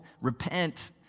repent